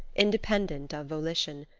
independent of volition.